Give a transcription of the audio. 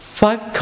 five